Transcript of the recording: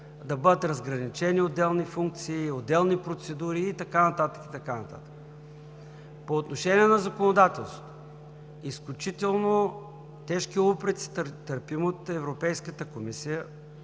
да бъдат разграничени отделни функции, отделни процедури и така нататък, и така нататък. По отношение на законодателството. Изключително тежки упреци търпим от Европейската комисия,